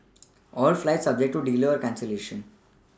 all flights subject to delay or cancellation